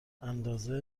اندازه